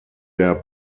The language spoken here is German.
der